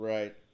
Right